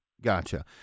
Gotcha